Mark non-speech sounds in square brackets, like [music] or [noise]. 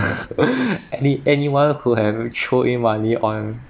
[laughs] any anyone who have ever thrown in money on